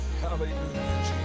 Hallelujah